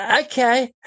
Okay